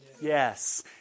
Yes